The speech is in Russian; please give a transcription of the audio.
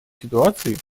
ситуации